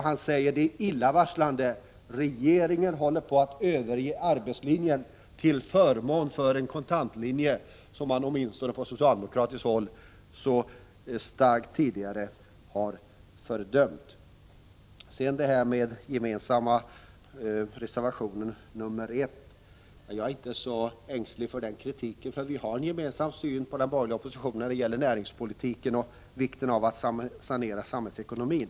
Han säger att det är illavarslande att regeringen håller på att överge arbetslinjen till förmån för en kontantlinje — som man på socialdemokratiskt håll tidigare så starkt har fördömt. Kritiken mot den gemensamma borgerliga resvervationen 1 är jag inte så ängslig för. Vi har inom den borgerliga oppositionen en gemensamm syn när det gäller näringspolitiken och vikten av att sanera samhällsekonomin.